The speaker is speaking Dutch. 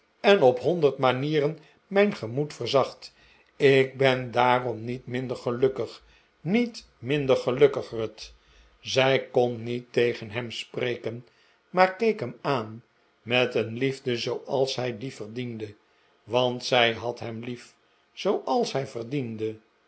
en op honderd manieren mijn gemoed verzacht ik ben daarom niet minder gelukkig niet minder gelukkig ruth zij kon niet tegen hem spreken maar keek hem aan met een liefde zooals hij die verdiende want zij had hem lief zooals hij verdiende